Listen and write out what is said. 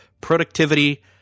productivity